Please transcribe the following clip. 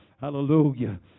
hallelujah